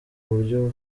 buryo